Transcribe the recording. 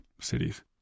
cities